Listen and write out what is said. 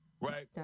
Right